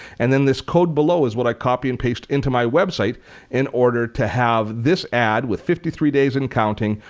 and then this code below is what i copy and paste into my website in order to have this ad, with fifty three days and counting,